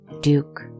duke